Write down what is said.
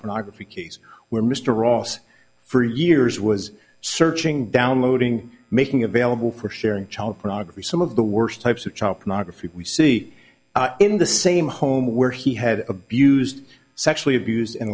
pornography case where mr ross for years was searching downloading making available for sharing child pornography some of the worst types of chopped margraf we see in the same home where he had abused sexually abused an